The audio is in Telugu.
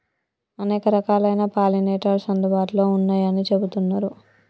అనేక రకాలైన పాలినేటర్స్ అందుబాటులో ఉన్నయ్యని చెబుతున్నరు